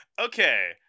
Okay